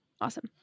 Awesome